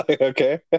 okay